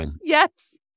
Yes